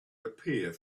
appear